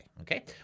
okay